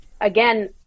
again